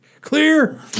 Clear